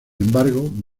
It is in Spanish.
embargo